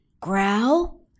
Growl